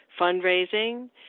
fundraising